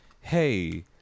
hey